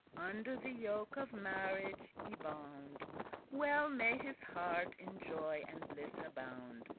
under the yoke of marriage y-bound well may his heart in joy and bliss abound.